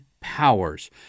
Powers